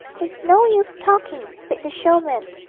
it's no use talking said the showman,